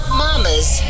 mama's